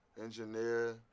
engineer